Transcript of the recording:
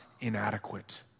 inadequate